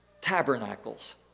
Tabernacles